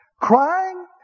crying